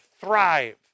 thrive